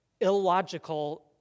illogical